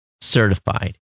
certified